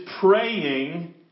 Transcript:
praying